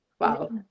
wow